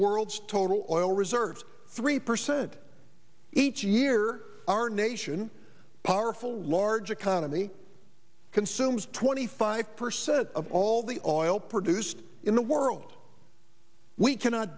world's total of all reserves three percent each year our nation powerful large economy consumes twenty five percent of all the auto produced in the world we cannot